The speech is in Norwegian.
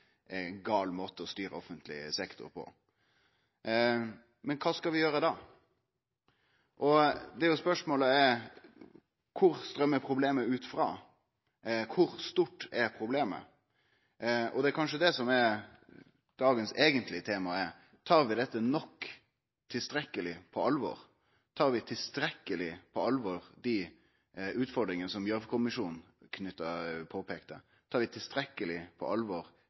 gal måte å styre offentleg sektor på. Men kva skal vi gjere da? Spørsmålet er: Kor strøymer problemet ut frå, og kor stort er problemet? Det er kanskje det som er dagens eigentlege tema: Tar vi dette tilstrekkeleg på alvor? Tar vi tilstrekkeleg på alvor dei utfordringane som Gjørv-kommisjonen påpeikte? Tar vi tilstrekkeleg på alvor